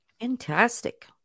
Fantastic